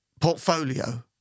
portfolio